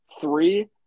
Three